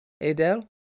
Adele